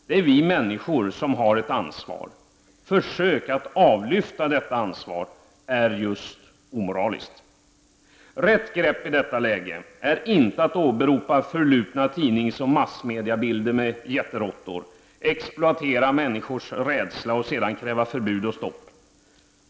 Det är vi människor som har ett ansvar. Försök att avlyfta detta ansvar är omoraliska. Rätt grepp i detta läge är inte att åberopa förlupna tidningsoch massmediabilder med jätteråttor och att exploatera människors rädsla och sedan kräva förbud och stopp.